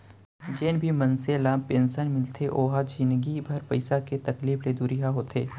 जेन भी मनसे ल पेंसन मिलथे ओ ह जिनगी भर पइसा के तकलीफ ले दुरिहा होथे